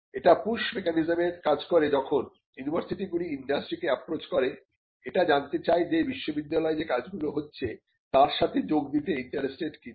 এটা পুস মেকানিজমের কাজ করেযখন ইউনিভার্সিটি গুলি ইন্ডাস্ট্রিকে অ্যাপ্রচ করে এটা জানতে চায় যে বিশ্ববিদ্যালয়ে যে কাজগুলো হচ্ছে তার সাথে যোগ দিতে ইন্টারেস্টেড কিনা